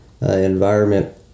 environment